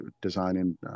designing